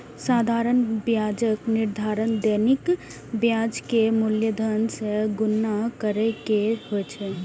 साधारण ब्याजक निर्धारण दैनिक ब्याज कें मूलधन सं गुणा कैर के होइ छै